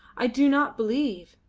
i do not believe.